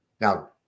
Now